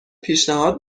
پیشنهاد